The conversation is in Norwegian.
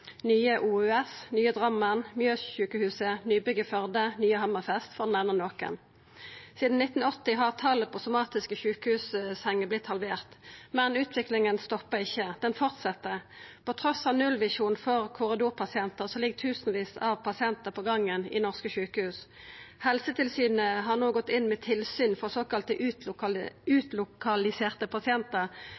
nye OUS, nye Drammen, Mjøssykehuset, nybygg i Førde, nye Hammerfest – for å nemna nokon. Sidan 1980 har talet på somatiske sjukehussenger vorte halvert, men utviklinga stoppar ikkje. Ho fortset. Trass i nullvisjonen for korridorpasientar ligg tusenvis av pasientar på gangen i norske sjukehus. Helsetilsynet har no gått inn med tilsyn for såkalla utlokaliserte pasientar,